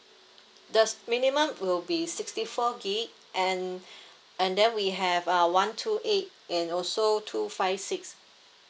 the minimum will be sixty four gig and and then we have uh one two eight and also two five six